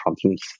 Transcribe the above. problems